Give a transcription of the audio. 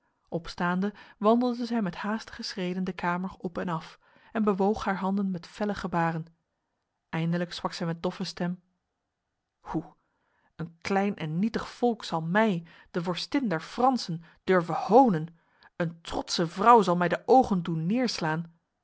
opstaande wandelde zij met haastige schreden de kamer op en af en bewoog haar handen met felle gebaren eindelijk sprak zij met doffe stem hoe een klein en nietig volk zal mij de vorstin der fransen durven honen een trotse vrouw zal mij de ogen doen